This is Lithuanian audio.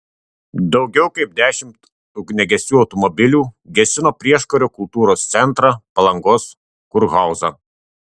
daugiau kaip dešimt ugniagesių automobilių gesino prieškario kultūros centrą palangos kurhauzą